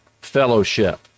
fellowship